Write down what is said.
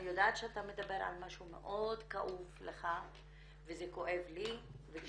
אני יודעת שאתה מדבר על משהו מאוד כאוב לך וזה כואב לי.